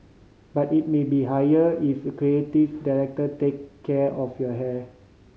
but it may be higher if the creative director take care of your hair